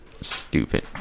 Stupid